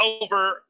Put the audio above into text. over –